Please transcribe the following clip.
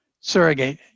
surrogate